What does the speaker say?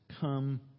come